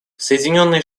соединенные